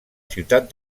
ciutat